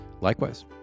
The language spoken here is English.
likewise